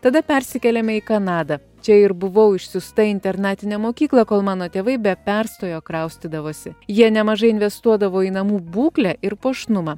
tada persikėlėme į kanadą čia ir buvau išsiųsta į internatinę mokyklą kol mano tėvai be perstojo kraustydavosi jie nemažai investuodavo į namų būklę ir puošnumą